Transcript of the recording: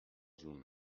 جون